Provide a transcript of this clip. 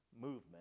movement